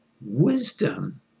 wisdom